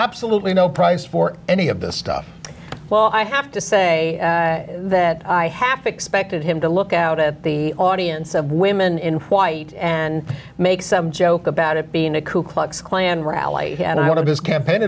absolutely no prize for any of this stuff well i have to say that i half expected him to look out at the audience of women in white and make some joke about it being a kook klux klan rally and i wanted his campaign